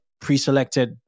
pre-selected